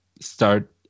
start